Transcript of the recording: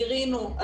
גירינו,